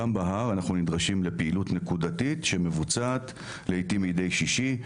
גם בהר אנחנו נדרשים לפעילות נקודתית שמבוצעת לעיתים מידי שישי.